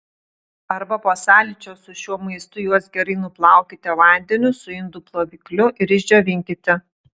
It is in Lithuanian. arba po sąlyčio su šiuo maistu juos gerai nuplaukite vandeniu su indų plovikliu ir išdžiovinkite